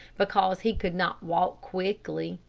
because he could not walk quickly.